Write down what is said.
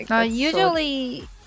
Usually